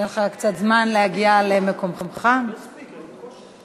ההצעה להעביר את הצעת חוק חסיון חומר מודיעיני (תיקוני